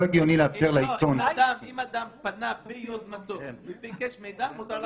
לא הגיוני --- אם אדם פנה ביוזמתו וביקש מידע מותר.